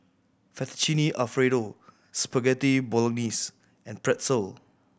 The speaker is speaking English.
Fettuccine Alfredo Spaghetti Bolognese and Pretzel